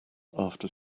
after